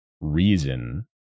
reason